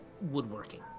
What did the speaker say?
woodworking